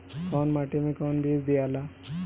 कौन माटी मे कौन बीज दियाला?